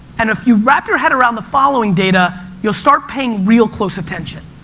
and if you wrap your head around the following data, you'll start paying real close attention.